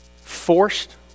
Forced